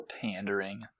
Pandering